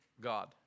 God